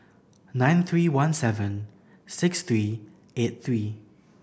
nine three one seven six three eight three